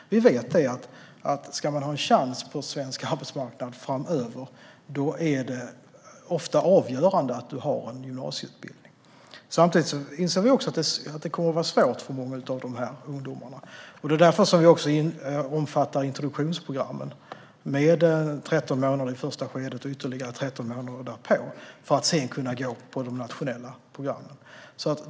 Vi vet att det, om man ska ha en chans på svensk arbetsmarknad framöver, ofta är avgörande att ha en gymnasieutbildning. Samtidigt inser vi att det kommer att vara svårt för många av dessa ungdomar. Det är därför vi även omfattar introduktionsprogrammen, med 13 månader i det första skedet och ytterligare 13 månader därefter, så att dessa ungdomar sedan kan gå på de nationella programmen.